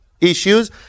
issues